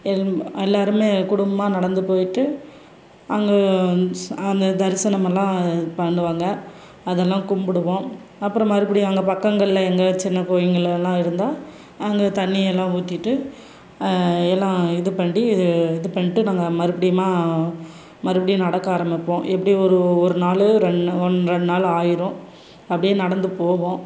எங்க எல்லோருமே குடும்பமாக நடந்து போய்ட்டு அங்கே அந்த தரிசனமெல்லாம் பண்ணுவாங்க அதெல்லாம் கும்பிடுவோம் அப்புறம் மறுபடியும் அங்கே பக்கங்களில் எங்கேயா சின்ன கோயில்களெல்லாம் இருந்தால் அங்கே தண்ணியெல்லாம் ஊத்திவிட்டு எல்லாம் இது பண்ணி இது பண்ணிட்டு நாங்கள் மறுபடியுமாக மறுபடியும் நடக்க ஆரம்பிப்போம் எப்படியும் ஒரு ஒரு நாலு ரெண்டு ஒன்று ரெண்டு நாள் ஆகிரும் அப்படியே நடந்து போவோம்